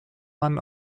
man